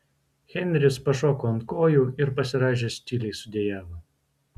henris pašoko ant kojų ir pasirąžęs tyliai sudejavo